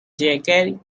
jacket